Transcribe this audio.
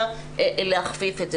אלא להכפיף את זה.